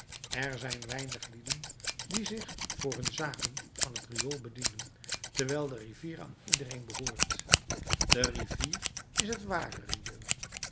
er zijn weinig lieden die zich voor hun zaken van het riool bedienen terwijl de rivier aan iedereen behoort de rivier is het ware riool